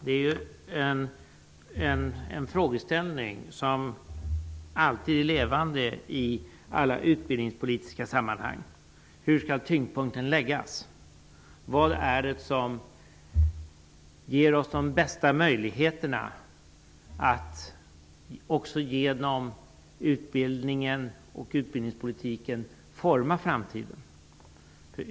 En frågeställning som alltid är levande i alla utbildningspolitiska sammanhang är hur tyngdpunkten skall läggas. Vad är det som ger oss de bästa möjligheterna att också genom utbildningen och utbildningspolitiken forma framtiden?